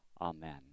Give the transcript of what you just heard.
Amen